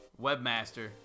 webmaster